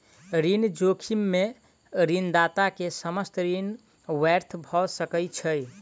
ऋण जोखिम में ऋणदाता के समस्त ऋण व्यर्थ भ सकै छै